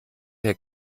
herr